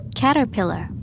Caterpillar